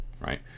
right